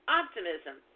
optimism